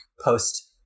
post